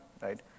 right